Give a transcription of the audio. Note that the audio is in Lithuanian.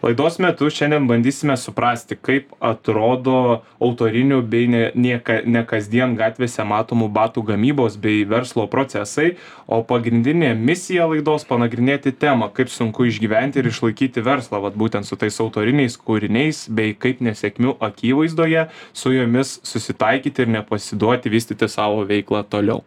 laidos metu šiandien bandysime suprasti kaip atrodo autorinių bei ne nieka ne kasdien gatvėse matomų batų gamybos bei verslo procesai o pagrindinė misija laidos panagrinėti temą kaip sunku išgyventi ir išlaikyti verslą vat būtent su tais autoriniais kūriniais bei kaip nesėkmių akivaizdoje su jomis susitaikyti ir nepasiduoti vystyti savo veiklą toliau